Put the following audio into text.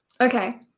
Okay